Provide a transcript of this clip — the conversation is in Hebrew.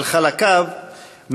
על חלקיו,